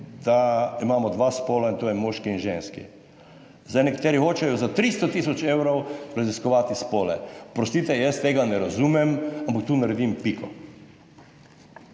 da imamo dva spola, in to je moški in ženski. Zdaj, nekateri hočejo za 300 tisoč evrov raziskovati spole. Oprostite, jaz tega ne razumem, ampak tu naredim piko.